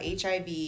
HIV